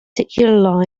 particular